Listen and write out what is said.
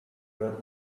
red